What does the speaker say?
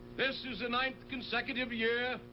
this is the ninth consecutive year.